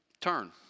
Turn